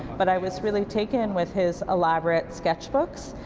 but i was really taken with his elaborate sketchbooks,